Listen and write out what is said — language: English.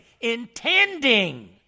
intending